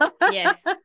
yes